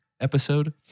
episode